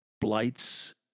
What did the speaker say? Blights